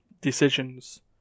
decisions